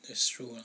that's true ah